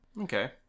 Okay